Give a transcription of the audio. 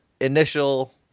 initial